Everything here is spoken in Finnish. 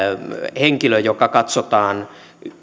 henkilö joka katsotaan